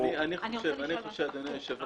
אדוני היושב-ראש,